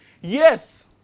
yes